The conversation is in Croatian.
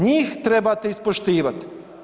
Njih trebate ispoštivati.